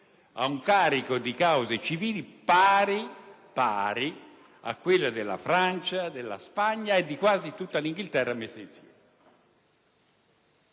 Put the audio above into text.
ha un carico di cause civili pari (pari!) a quello della Francia, della Spagna e di quasi tutta l'Inghilterra messe assieme.